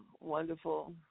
wonderful